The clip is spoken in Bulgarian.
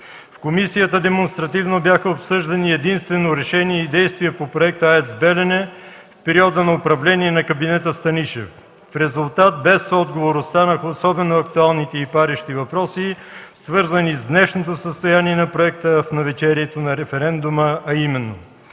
В комисията демонстративно бяха обсъждани единствено решения и действия по проекта АЕЦ „Белене” в периода на управление на кабинета Станишев. В резултат без отговор останаха особено актуалните и парещи въпроси, свързани с днешното състояние на проекта в навечерието на референдума, а именно: